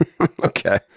Okay